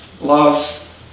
loves